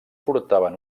portaven